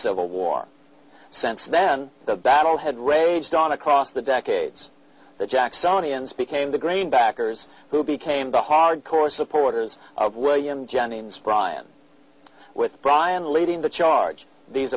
civil war since then the battle had raged on across the decades the jacksonian speaking the green backers who became the hard core supporters of william jennings bryan with brian leading the charge these